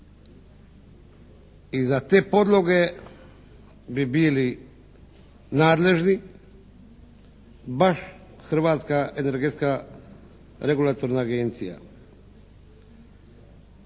I za te podloge bi bili nadležni baš Hrvatska energetska regulatorna agencija.